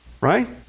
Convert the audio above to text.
right